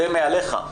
זה מעליך,